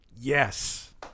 Yes